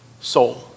soul